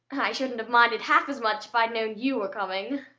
i shouldn't have minded half as much if i'd known you were coming.